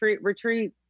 retreat